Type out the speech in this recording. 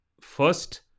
First